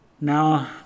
now